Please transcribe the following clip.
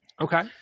Okay